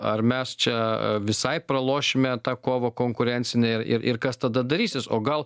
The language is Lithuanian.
ar mes čia visai pralošime tą kovą konkurencinę ir ir ir kas tada darysis o gal